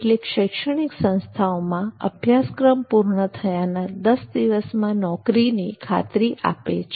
કેટલીક શૈક્ષણિક સંસ્થાઓ અભ્યાસક્રમ પૂર્ણ થયાના 10 દિવસમાં નોકરીની ખાતરી આપે છે